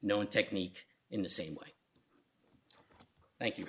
known technique in the same way thank you